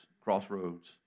Crossroads